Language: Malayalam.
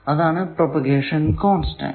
അതാണ് പ്രൊപഗേഷൻ കോൺസ്റ്റന്റ്